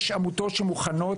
יש עמותות שמוכנות.